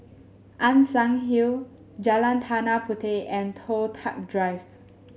Ann Siang Hill Jalan Tanah Puteh and Toh Tuck Drive